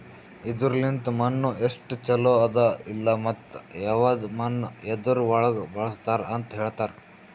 ಇದುರ್ ಲಿಂತ್ ಮಣ್ಣು ಎಸ್ಟು ಛಲೋ ಅದ ಇಲ್ಲಾ ಮತ್ತ ಯವದ್ ಮಣ್ಣ ಯದುರ್ ಒಳಗ್ ಬಳಸ್ತಾರ್ ಅಂತ್ ಹೇಳ್ತಾರ್